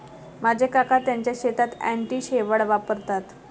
माझे काका त्यांच्या शेतात अँटी शेवाळ वापरतात